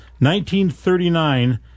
1939